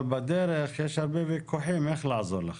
בדרך יש הרבה ויכוחים איך לעזור לכם.